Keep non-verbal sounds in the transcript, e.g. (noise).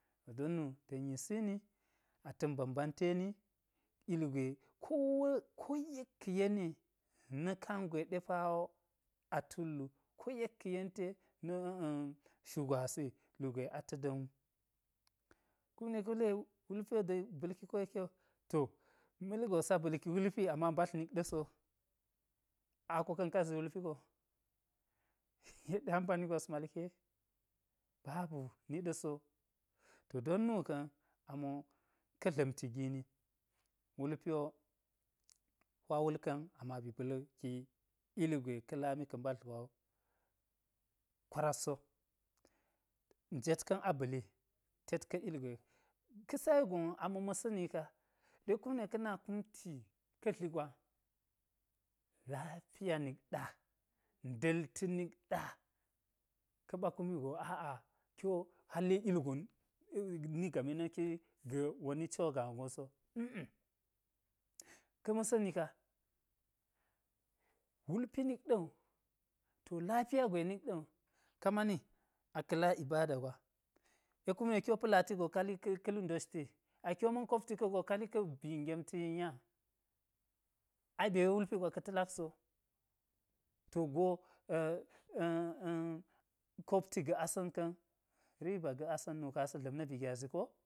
To don nu ta̱n yisini ata̱n bambanteni, ilgwe ko ko yek-ka̱ yeni ye na̱ kangwe ɗe pawo a tul wu, ko yek ka̱ yenti ye (hesitation) na̱shu gwasi lugwe ata̱ da̱m wu kum ɗe ka̱ wule wulpi wo ba̱lki koyekke wu, to ma̱li gon wo sa ba̱lki wulpi ama mbadl nik ɗa̱ so, ako ka̱n ka zi wulpi ko, (laughs) yek ɗe ampani gwas malki ye, babu niɗaso, to don nu ka̱n amo ka̱ dla̱mti gini, wulpi wo hwa wulka̱n ama ba̱ balki ugwe ka̱ lami ka̱ mbadl gwawu, kwarasso njet ka̱n a ba̱li, tet ka̱ ugwe, ka̱ sai gon wo a ma̱ ma̱sa̱ni ka, ɗe kum ɗe ka̱ na kumti ka dli gwa̱, lafiya nikɗa, nda̱lti nik ɗa, ka̱ɓakumi aa kiwo halle ugon ni game na̱ki ga woni cwo gaa gon so a. a, ka̱ ma̱sa̱ni ka wulpi nik ɗa̱wu to lafiya gwe nikɗawu kami aka̱ la ibada gwa ɗe kume ki wo pa̱lati go ka̱ hi li ka̱ lu doshti akiwo ma̱n kopti ka̱go ko lika bii gemti nya, ai be we wulpi gwaka̱ talak so to go (hesitation) kopti-ga asa̱n ka̱n, ribaga̱ asa̱n nu ka̱n asa̱ dla̱m na̱ bi gyazi ko